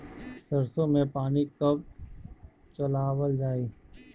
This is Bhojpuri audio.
सरसो में पानी कब चलावल जाई?